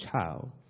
child